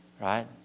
right